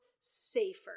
safer